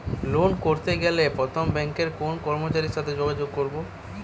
Loan করতে গেলে প্রথমে ব্যাঙ্কের কোন কর্মচারীর সাথে যোগাযোগ করব?